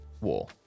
war